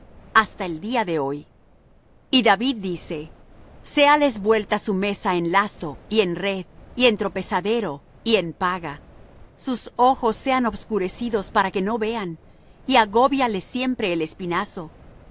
hasta el día de hoy y david dice séales vuelta su mesa en lazo y en red y en tropezadero y en paga sus ojos sean obscurecidos para que no vean y agóbiales siempre el espinazo